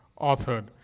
authored